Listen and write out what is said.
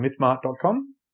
mythmart.com